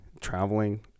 traveling